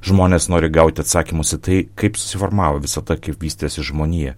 žmonės nori gauti atsakymus į tai kaip susiformavo visata kaip vystėsi žmonija